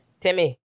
timmy